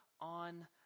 on